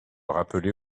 rappeler